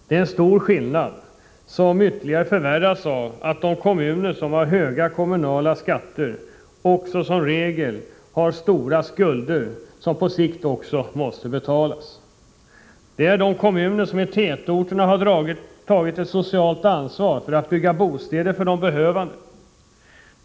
Det är en stor skillnad, som ytterligare förvärras av att de kommuner som har höga kommunala skatter som regel även har stora skulder, som på sikt också måste betalas. Det är de kommuner som i tätorterna har tagit ett socialt ansvar för att bygga bostäder för de behövande.